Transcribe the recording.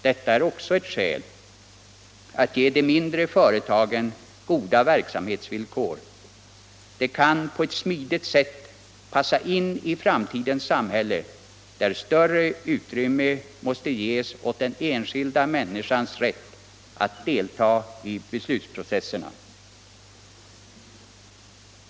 Detta är också ett skäl att ge de mindre företagen goda verksamhetsvillkor: de kan på ett smidigt sätt passa in i framtidens samhälle, där större utrymme måste ges åt den enskilda människans rätt att delta i beslutsprocesserna.